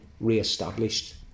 re-established